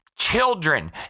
Children